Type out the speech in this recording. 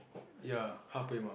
ya half way mark